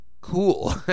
cool